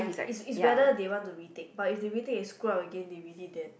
it's it's whether they want to retake but if they retake and they screwed up again they really dead